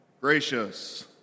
Gracious